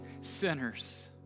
sinners